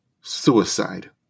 suicide